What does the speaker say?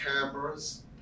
cameras